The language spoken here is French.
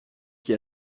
qui